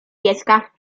pieska